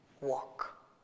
walk